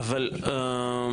אגב,